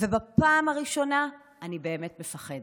ובפעם הראשונה אני באמת מפחדת.